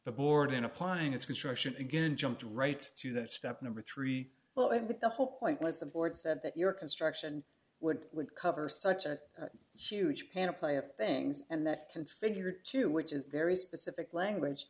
the board in applying its construction again jumped rights to that step number three well and the whole point was the board said that your construction would would cover such a huge panel play of things and that can figure two which is very specific language